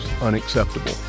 unacceptable